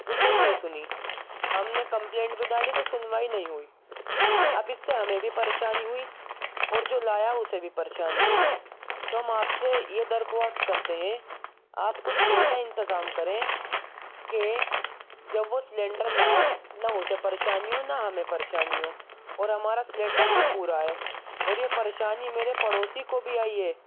ان نے نہیں سنی ہم نے کمپلینٹ بھی ڈالی تو سنوائی نہیں ہوئی اب اس سے ہمیں بھی پریشانی ہوئی اور جو لایا اسے بھی پریشانی ہوئی تو ہم آپ سے یہ درخواست کرتے ہیں آپ کچھ ایسا انتظام کریں کہ جب وہ سلینڈر لائے نہ اسے پریشانی ہو نہ ہمیں پریشانی ہو اور ہمارا سلینڈر بھی پورا آئے اور یہ پریشانی میرے پڑوسی کو بھی آئی ہے